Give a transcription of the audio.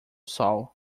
sol